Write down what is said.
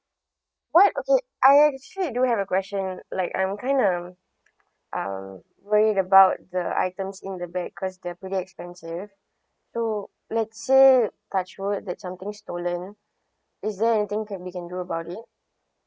what okay I actually I do have a question like I'm kind a um worried about the items in the bag because they're pretty expensive so let's say touch wood that something stolen is there anything can we can do about it